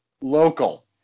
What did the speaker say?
local